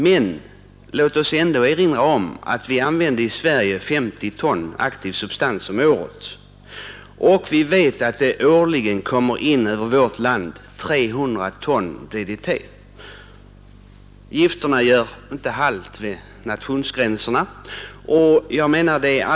Men låt mig erinra om att vi i Sverige använder 50 ton aktiv substans om året, och vi vet att det genom luften årligen kommer in över 300 ton DDT i vårt land. Gifterna gör inte halt vid nationsgränserna.